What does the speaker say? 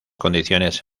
condiciones